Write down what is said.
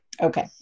Okay